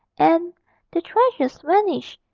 and the treasures vanished,